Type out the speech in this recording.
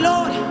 Lord